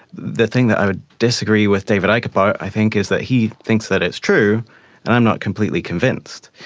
the thing that i would disagree with david icke like about i think is that he thinks that it's true and i'm not completely convinced.